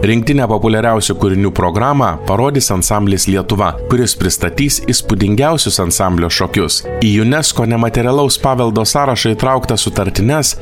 rinktinę populiariausių kūrinių programą parodys ansamblis lietuva kuris pristatys įspūdingiausius ansamblio šokius į unesco nematerialaus paveldo sąrašą įtrauktas sutartines